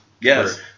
Yes